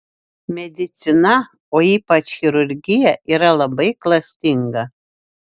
medicina o ypač chirurgija yra labai klastinga